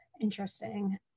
interesting